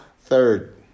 third